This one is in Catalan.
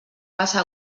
passa